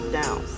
down